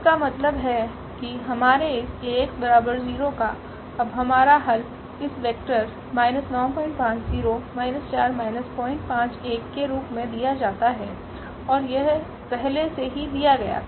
इसका मतलब है कि हमारे इस𝐴𝑥 0काअब हमारा हलइस वेक्टर के रूप मेदिया जाता हैऔर यह पहले से ही दिया गया था